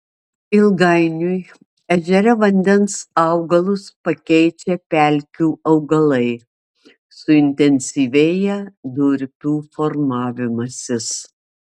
ilgainiui ežere vandens augalus pakeičia pelkių augalai suintensyvėja durpių formavimasis